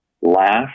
laugh